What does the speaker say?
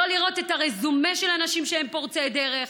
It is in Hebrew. לא לראות את הרזומה של אנשים שהם פורצי דרך.